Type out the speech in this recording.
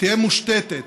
תהא מושתתה